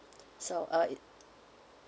so uh it